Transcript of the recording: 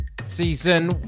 Season